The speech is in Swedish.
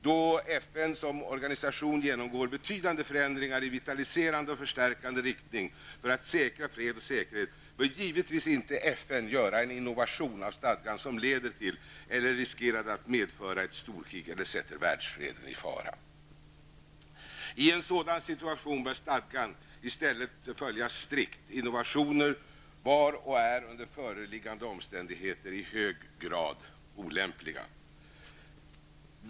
Då FN som organisation genomgår betydande förändringar i vitaliserande och förstärkande riktning för att säkra fred och säkerhet, bör givetvis inte FN göra en innovation av stadgan som leder till -- eller riskerade att medföra -- ett storkrig som sätter världsfreden i fara. I en sådan situation bör stadgan i stället följas strikt. Innovationer var och är under föreliggande omständighet i hög grad olämpliga.